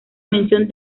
mención